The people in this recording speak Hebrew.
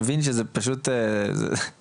מבין שזה פשוט מביך,